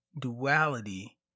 duality